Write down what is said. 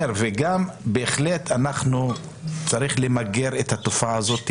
בהחלט צריך למגר את התופעה הזו,